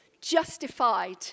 justified